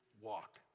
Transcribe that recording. walk